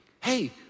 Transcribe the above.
Hey